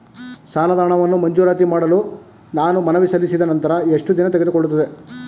ಸಾಲದ ಹಣವನ್ನು ಮಂಜೂರಾತಿ ಮಾಡಲು ನಾವು ಮನವಿ ಸಲ್ಲಿಸಿದ ನಂತರ ಎಷ್ಟು ದಿನ ತೆಗೆದುಕೊಳ್ಳುತ್ತದೆ?